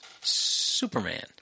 Superman